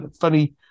Funny